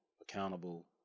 accountable